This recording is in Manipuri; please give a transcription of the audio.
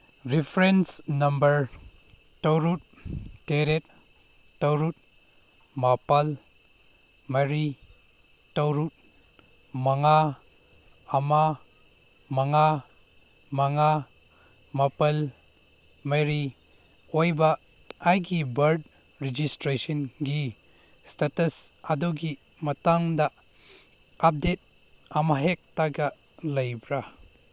ꯔꯤꯐ꯭ꯔꯦꯟꯁ ꯅꯝꯕꯔ ꯇꯔꯨꯛ ꯇꯦꯔꯦꯠ ꯇꯔꯨꯠ ꯃꯥꯄꯜ ꯃꯔꯤ ꯇꯔꯨꯛ ꯃꯉꯥ ꯑꯃ ꯃꯉꯥ ꯃꯉꯥ ꯃꯥꯄꯜ ꯃꯔꯤ ꯑꯣꯏꯕ ꯑꯩꯒꯤ ꯕꯔꯠ ꯔꯦꯖꯤꯁꯇ꯭ꯔꯦꯁꯟꯒꯤ ꯏꯁꯇꯦꯇꯁ ꯑꯗꯨꯒꯤ ꯃꯇꯥꯡꯗ ꯑꯞꯗꯦꯠ ꯑꯃꯍꯦꯛꯇꯒ ꯂꯩꯕ꯭ꯔ